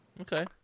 Okay